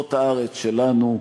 זאת הארץ שלנו,